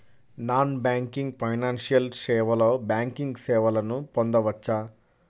Non banking financial సేవలో banking సేవలను పొందవచ్చా?